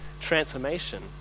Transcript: transformation